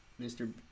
Mr